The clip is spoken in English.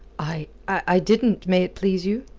i. i didn't, may it please you.